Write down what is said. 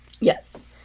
yes